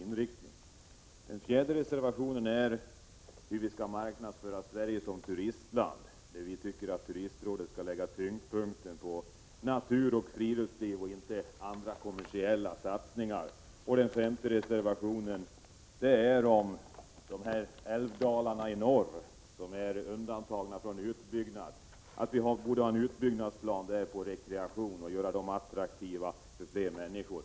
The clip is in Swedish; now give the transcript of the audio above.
Den fjärde reservationen gäller hur vi skall marknadsföra Sverige som turistland. Vi anser att Turistrådet skall lägga tyngdpunkten på naturoch friluftsliv och inte på andra, kommersiella satsningar. Den femte reservationen slutligen gäller de älvdalar i norr som är undantagna från utbyggnad. Där borde det finnas en utbyggnadsplan för rekreation så att områdena kunde göras mer attraktiva för fler människor.